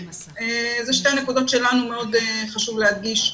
אלה שתי נקודות שלנו מאוד חשוב להדגיש,